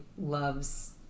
loves